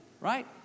right